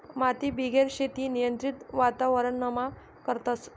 मातीबिगेर शेती नियंत्रित वातावरणमा करतस